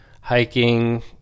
hiking